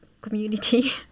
community